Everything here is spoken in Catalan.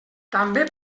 també